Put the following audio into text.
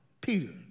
Peter